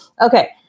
Okay